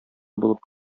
булып